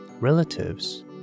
relatives